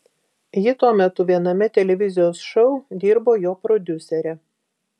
ji tuo metu viename televizijos šou dirbo jo prodiusere